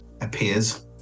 appears